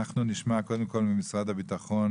אנחנו נשמע קודם כל ממשרד הביטחון